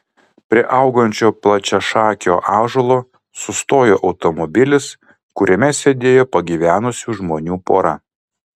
prie augančio plačiašakio ąžuolo sustojo automobilis kuriame sėdėjo pagyvenusių žmonių pora